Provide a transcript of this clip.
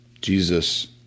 Jesus